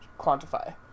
quantify